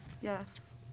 Yes